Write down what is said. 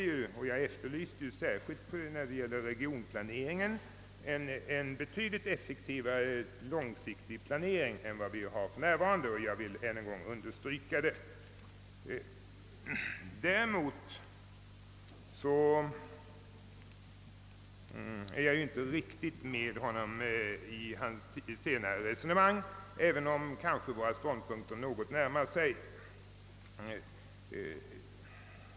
Jag efterlyste ju särskilt en betydligt effektivare långsiktig regionplanering än den vi för närvarande har, och jag vill än en gång understryka det önskemålet. Däremot är jag inte riktigt med statsrådet Johansson i hans följande resonemang, även om våra ståndpunkter kanske närmar sig varandra.